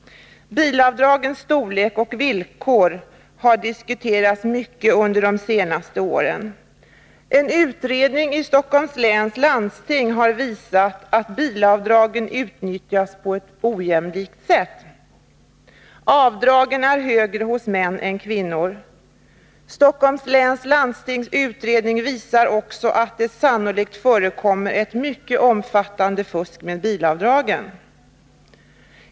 Bilavdragens storlek och villkor har diskuterats mycket under de senaste åren. En utredning i Stockholms läns landsting har visat att bilavdragen utnyttjas på ett ojämlikt sätt. Avdragen är högre hos män än hos kvinnor. Utredningen visar också att det sannolikt förekommer ett mycket omfattande fusk med bilavdragen.